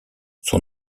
son